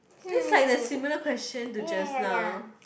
this like the similar question to just now